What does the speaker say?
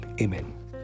Amen